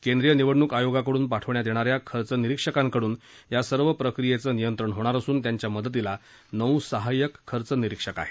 केंद्रीय निवडणुक आयोगाकडून पाठवण्यात येणा या खर्च निरीक्षकांकडून या सर्व प्रक्रियेचं नियंत्रण होणार असून त्यांच्या मदतीला नऊ सहाय्यक खर्च निरीक्षक आहेत